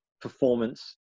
performance